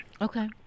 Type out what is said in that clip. Okay